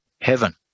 heaven